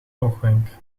oogwenk